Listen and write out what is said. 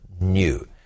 new